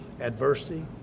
adversity